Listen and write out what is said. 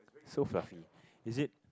so fluffy is it